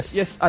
yes